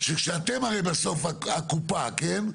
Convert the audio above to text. שכשאתם בסוף הקופה, כן?